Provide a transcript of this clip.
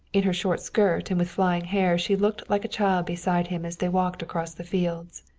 in her short skirt and with flying hair she looked like a child beside him as they walked across the fields.